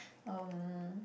um